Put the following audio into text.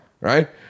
right